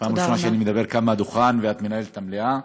זו הפעם הראשונה שאני מדבר כאן מהדוכן ואת מנהלת את המליאה.